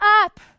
up